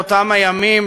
באותם הימים,